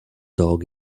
dog